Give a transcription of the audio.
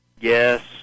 yes